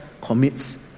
commits